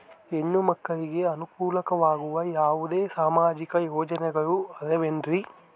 ಹೆಣ್ಣು ಮಕ್ಕಳಿಗೆ ಅನುಕೂಲವಾಗುವ ಯಾವುದೇ ಸಾಮಾಜಿಕ ಯೋಜನೆಗಳು ಅದವೇನ್ರಿ?